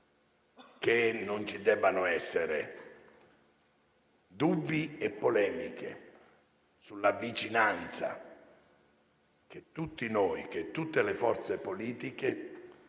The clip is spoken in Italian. che non ci debbano essere dubbi e polemiche sulla vicinanza che tutti noi, che tutte le forze politiche